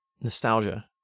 nostalgia